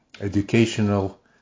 educational